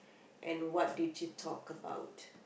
and what did you talk about